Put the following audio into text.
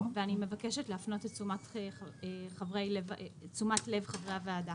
ואני מבקשת להפנות את תשומת לב חברי הוועדה.